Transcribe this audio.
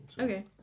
Okay